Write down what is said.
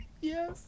Yes